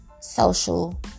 social